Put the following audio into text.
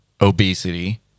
obesity